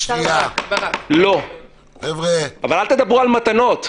אבל אל תדברו על מתנות.